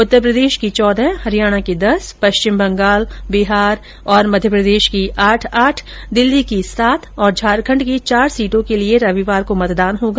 उत्तर प्रदेश की चौदह हरियाणा की दस पश्चिम बंगाल बिहार और मध्यप्रदेश की आठ आठ दिल्ली की सात और झारखंड की चार सीटों के लिए मतदान होगा